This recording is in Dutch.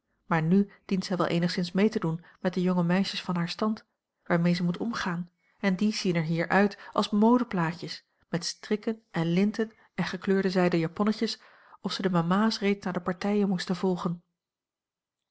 maar nu dient zij wel eenigszins mee te doen met de jonge meisjes van haar stand waarmee ze moet omgaan en die zien er hier uit als modeplaatjes met strikken en linten en gekleurde zijden japonnetjes of ze de mama's reeds naar de partijen moesten volgen